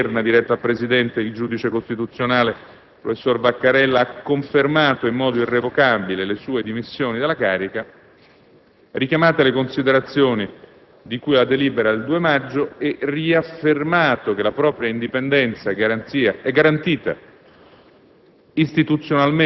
che, con nota in data odierna diretta al Presidente, il giudice costituzionale professor Vaccarella ha confermato in modo irrevocabile le sue dimissioni dalla carica, richiamate le considerazioni di cui alla delibera del due maggio e riaffermato che la propria indipendenza è garantita